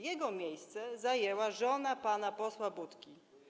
Jego miejsce zajęła żona pana posła Budki.